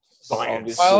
Science